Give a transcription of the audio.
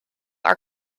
are